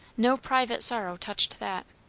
no private sorrow touched that.